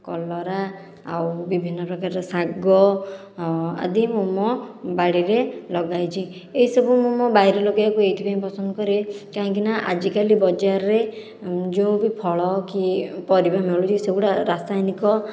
କଲରା ଆଉ ବିଭିନ୍ନ ପ୍ରକାରର ଶାଗ ଆଦି ମୁଁ ମୋ ବାଡ଼ିରେ ଲଗାଇଛି ଏସବୁ ମୁଁ ମୋ ବାଡ଼ିରେ ଲଗେଇବାକୁ ଏଇଥି ପାଇଁ ପସନ୍ଦ କରେ କାହିଁକିନା ଆଜି କାଲି ବଜାରରେ ଯେଉଁ ବି ଫଳ କି ପରିବା ମିଳୁଛି ସେଗୁଡ଼ା ରାସାୟନିକ